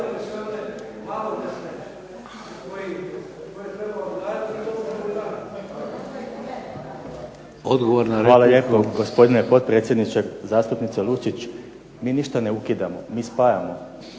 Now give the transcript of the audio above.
Hvala lijepo gospodine potpredsjedniče. Zastupniče Lucić mi ništa ne ukidamo, mi spajamo.